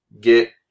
get